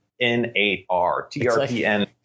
N-A-R-T-R-P-N